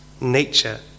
nature